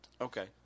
Okay